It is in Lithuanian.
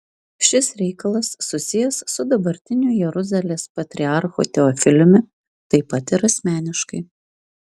šis reikalas susijęs su dabartiniu jeruzalės patriarchu teofiliumi taip pat ir asmeniškai